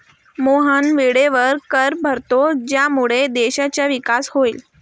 मोहन वेळेवर कर भरतो ज्यामुळे देशाचा विकास होईल